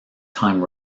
time